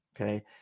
okay